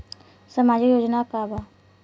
सामाजिक योजना का बा?